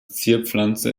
zierpflanze